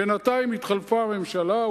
בינתיים התחלפה הממשלה,